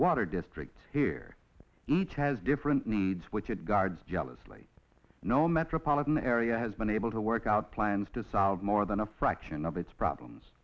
water district here each has different needs which it guards jealously no metropolitan area has been able to work out plans to solve more than a fraction of its problems